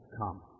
come